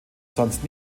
sonst